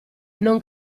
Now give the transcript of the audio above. non